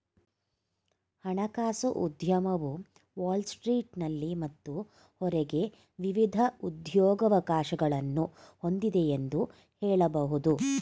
ಹಣಕಾಸು ಉದ್ಯಮವು ವಾಲ್ ಸ್ಟ್ರೀಟ್ನಲ್ಲಿ ಮತ್ತು ಹೊರಗೆ ವಿವಿಧ ಉದ್ಯೋಗವಕಾಶಗಳನ್ನ ಹೊಂದಿದೆ ಎಂದು ಹೇಳಬಹುದು